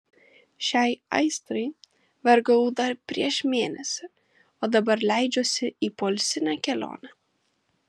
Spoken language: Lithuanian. šiai aistrai vergavau dar prieš mėnesį o dabar leidžiuosi į poilsinę kelionę